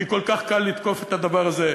כי כל כך קל לתקוף את הדבר הזה.